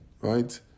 right